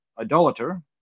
Idolater